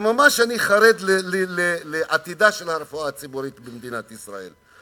אני ממש חרד לעתידה של הרפואה הציבורית במדינת ישראל.